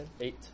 eight